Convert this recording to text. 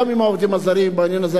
גם עם העובדים הזרים בעניין הזה,